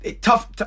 tough